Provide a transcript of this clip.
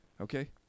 Okay